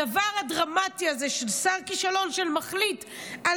הדבר הדרמטי הזה של שר כישלון שמחליט על